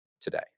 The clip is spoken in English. today